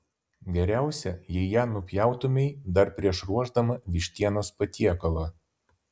geriausia jei ją nupjautumei dar prieš ruošdama vištienos patiekalą